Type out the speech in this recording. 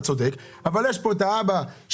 רשות מקומית במעמד חברתי כלכלי ארבע עד שבע אפס,